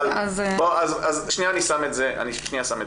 אני שנייה שם את זה בצד.